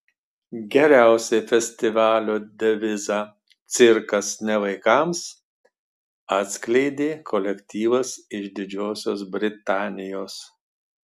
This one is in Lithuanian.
geriausiai festivalio devizą cirkas ne vaikams atskleidė kolektyvas iš didžiosios britanijos